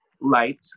light